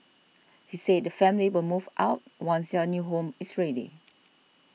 he said the family will move out once their new home is ready